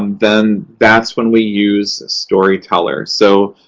um then that's when we use storyteller. so,